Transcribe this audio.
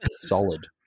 solid